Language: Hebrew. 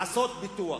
לעשות ביטוח.